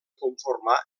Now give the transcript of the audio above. conformar